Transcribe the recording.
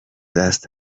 دست